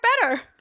better